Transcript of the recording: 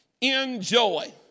enjoy